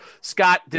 Scott